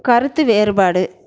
கருத்து வேறுபாடு